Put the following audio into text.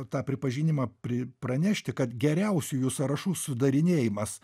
tą pripažinimą pri pranešti kad geriausiųjų sąrašų sudarinėjimas